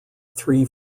three